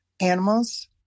Animals